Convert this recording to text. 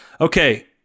Okay